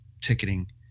ticketing